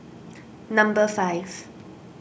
number five